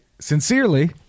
Sincerely